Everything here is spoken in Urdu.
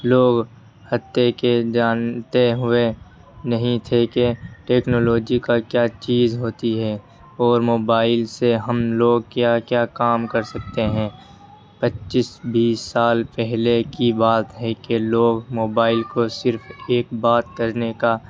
لوگ حتیٰ کہ جانتے ہوے نہیں تھے کہ ٹیکنولوجی کا کیا چیز ہوتی ہے اور موبائل سے ہم لوگ کیا کیا کام کر سکتے ہیں پچیس بیس سال پہلے کی بات ہے کہ لوگ موبائل کو صرف ایک بات کرنے کا